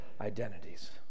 identities